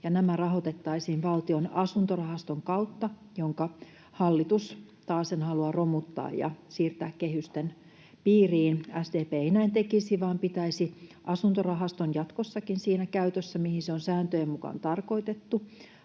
nämä rahoitettaisiin Valtion asuntorahaston kautta, jonka hallitus taasen haluaa romuttaa ja siirtää kehysten piiriin. SDP ei näin tekisi vaan pitäisi asuntorahaston jatkossakin siinä käytössä, mihin se on sääntöjen mukaan tarkoitettu.